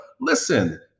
listen